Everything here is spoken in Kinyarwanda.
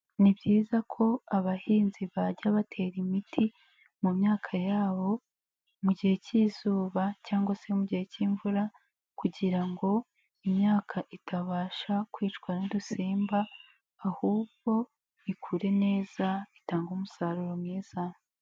Ni byiza ko abahinzi bajya batera imiti mu myaka yabo mu gihe cy'izuba cyangwa se mu gihe cy'imvura kugira ngo imyaka itabasha kwicwa n'udusimba ahubwo ikure neza itange umusaruro mwiza.